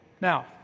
Now